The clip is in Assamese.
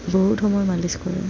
বহুত সময় মালিছ কৰে